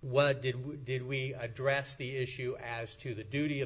what did we did we address the issue as to the duty of